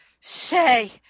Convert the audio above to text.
say